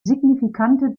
signifikante